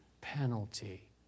penalty